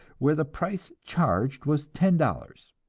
where the price charged was ten dollars,